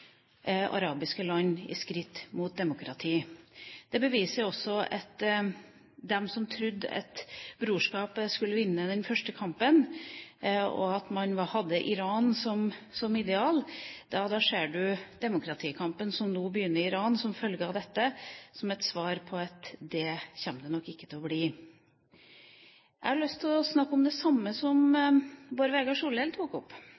arabiske land seg et skritt mot demokrati. Det viser også at de som trodde at brorskapet skulle vinne den første kampen, og at man hadde Iran som ideal, kan se på demokratikampen som nå begynner i Iran som følge av dette, som et tegn på at det hadde de ikke. Jeg har lyst til å snakke om det samme som Bård Vegar Solhjell tok opp,